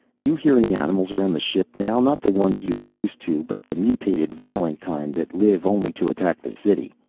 do you hear any animals around the ship now? not the ones you're used to, but the mutated, violent kind that live only to attack the city.